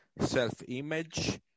self-image